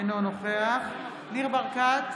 אינו נוכח ניר ברקת,